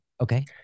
Okay